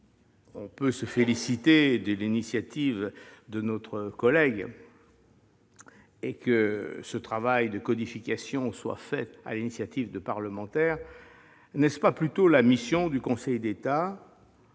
l'on peut se féliciter de l'initiative de nos collègues et du fait que ce travail de simplification se fasse sur l'initiative de parlementaires, n'est-ce pas plutôt la mission du Conseil d'État,